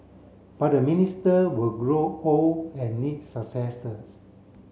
but the minister will grow old and need successors